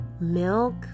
milk